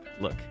Look